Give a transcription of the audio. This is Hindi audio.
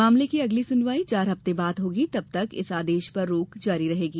मामले की अगली सुनवाई चार हफ्ते बाद होगी तब तक इस आदेश पर रोक जारी रहेगी